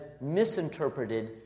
misinterpreted